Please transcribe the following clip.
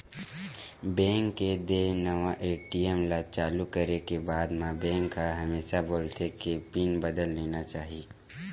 bank के देय नवा ए.टी.एम ल चालू करे के बाद म बेंक ह हमेसा बोलथे के पिन बदल लेना चाही